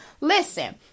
listen